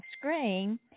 screen